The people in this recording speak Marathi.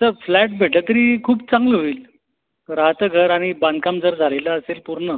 सर फ्लॅट भेटला तरी खूप चांगलं होईल राहतं घर आणि बांधकाम जर झालेलं असेल पूर्ण